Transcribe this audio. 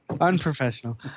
unprofessional